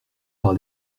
par